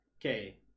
Okay